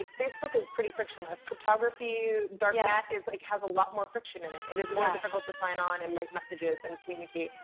like facebook is pretty frictionless. cryptography, dark net, is like, has a lot more friction in it. yeah. it is more difficult to sign on and make messages and communicate.